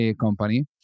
company